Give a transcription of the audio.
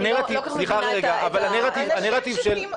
אני לא כל כך מבינה את ה --- אנשים שהפסיקו